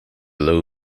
low